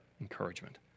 encouragement